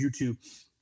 YouTube